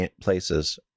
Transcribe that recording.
places